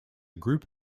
group